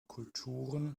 kulturen